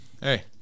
hey